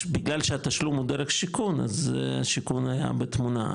בגלל שהתשלום הוא דרך שיכון אז שיכון היה בתמונה,